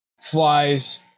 Flies